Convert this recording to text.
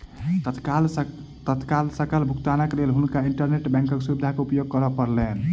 तत्काल सकल भुगतानक लेल हुनका इंटरनेट बैंकक सुविधा के उपयोग करअ पड़लैन